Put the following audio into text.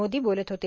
मोदी बोलत होते